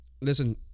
Listen